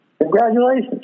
congratulations